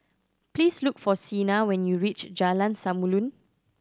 please look for Cena when you reach Jalan Samulun